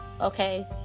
Okay